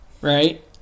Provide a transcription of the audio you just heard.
right